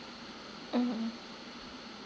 mmhmm